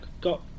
got